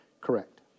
Correct